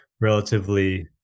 relatively